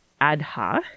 Adha